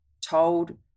told